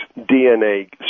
DNA